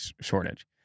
shortage